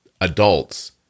adults